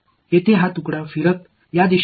இந்த திட்டில் சுழற்சி இந்த திசையில் செல்கிறது